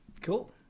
Cool